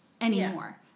anymore